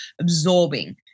absorbing